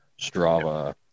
Strava